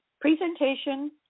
presentation